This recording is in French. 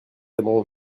aimeront